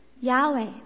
Yahweh